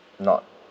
not